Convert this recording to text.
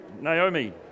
Naomi